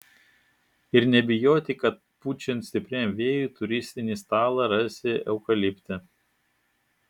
ir nebijoti kad pučiant stipriam vėjui turistinį stalą rasi eukalipte